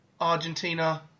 Argentina